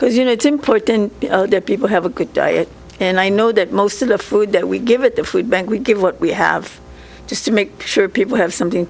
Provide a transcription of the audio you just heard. because you know it's important that people have a good diet and i know that most of the food that we give it the food bank we give what we have just to make sure people have something